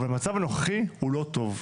אבל המצב הנוכחי הוא לא טוב,